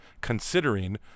considering